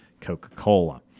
Coca-Cola